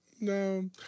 No